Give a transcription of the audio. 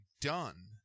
done